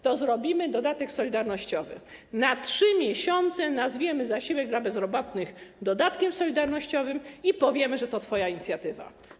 To zrobimy dodatek solidarnościowy na 3 miesiące, nazwiemy zasiłek dla bezrobotnych dodatkiem solidarnościowym i powiemy, że to twoja inicjatywa.